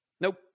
Nope